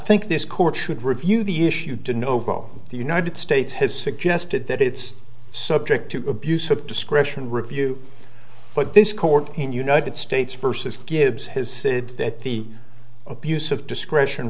think this court should review the issue did novo the united states has suggested that it's subject to abuse of discretion review but this court in united states versus gibbs has said that the abuse of discretion